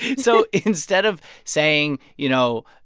so instead of saying, you know,